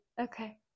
Okay